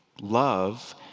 Love